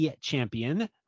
champion